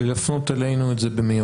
ולהפנות את זה אלינו במהירות.